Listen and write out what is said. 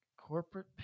Corporate